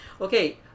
okay